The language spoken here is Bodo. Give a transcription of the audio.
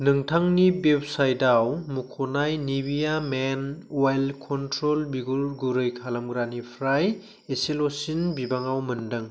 नोंथांनि अवेबसाइटआव मुंख'नाय निविया मेन अइल कन्ट्रल बिगुर गुरै खालामग्रानिफ्राय एसेल'सिन बिबाङाव मोनदों